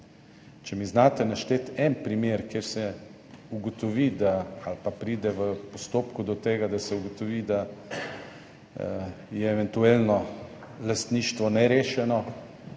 Če mi znate našteti en primer, kjer se ugotovi ali pa pride v postopku do tega, da se ugotovi, da je eventuelno lastništvo nerešeno,